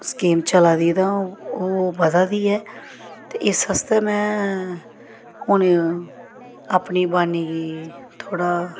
scheme चला दी तां ओह् बधा दी ऐ ते इस आस्तै में हून अपनी बाणी गी थोह्ड़ा